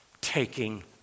taking